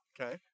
Okay